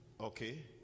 okay